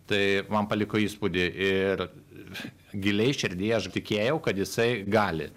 tai man paliko įspūdį ir giliai širdyje aš tikėjau kad jisai gali